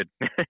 good